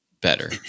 better